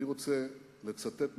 אני רוצה לצטט אותו,